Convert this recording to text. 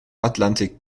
atlantik